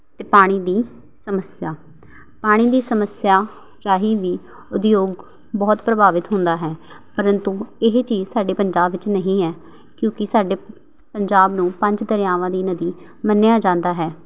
ਅਤੇ ਪਾਣੀ ਦੀ ਸਮੱਸਿਆ ਪਾਣੀ ਦੀ ਸਮੱਸਿਆ ਰਾਹੀਂ ਵੀ ਉਦਯੋਗ ਬਹੁਤ ਪ੍ਰਭਾਵਿਤ ਹੁੰਦਾ ਹੈ ਪਰੰਤੂ ਇਹ ਚੀਜ਼ ਸਾਡੇ ਪੰਜਾਬ ਵਿੱਚ ਨਹੀਂ ਹੈ ਕਿਉਂਕਿ ਸਾਡੇ ਪੰਜਾਬ ਨੂੰ ਪੰਜ ਦਰਿਆਵਾਂ ਦੀ ਨਦੀ ਮੰਨਿਆ ਜਾਂਦਾ ਹੈ